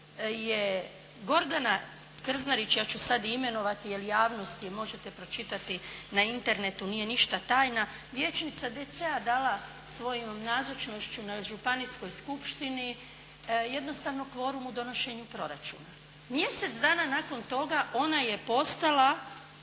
je Gordana Krznarić, ja ću sad i imenovati jel' javnosti možete pročitati na internetu, nije ništa tajna, vijećnica DC-a dala svojom nazočnošću na županijskoj skupštini jednostavno kvorum u donošenju proračuna. Mjesec dana nakon toga ona je postala